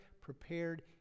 prepared